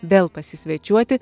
vėl pasisvečiuoti